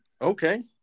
Okay